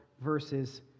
verses